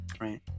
right